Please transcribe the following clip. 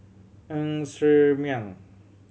Ng Ser Miang